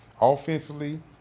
offensively